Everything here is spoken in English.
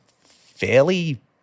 fairly